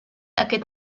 aquest